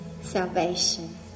salvation